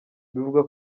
bivugwa